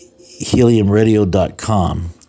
heliumradio.com